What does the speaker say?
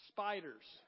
Spiders